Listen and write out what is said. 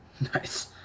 Nice